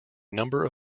number